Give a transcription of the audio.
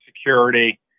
security